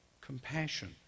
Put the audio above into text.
Compassion